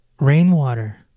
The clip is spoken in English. rainwater